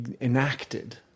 enacted